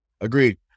Agreed